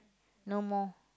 no more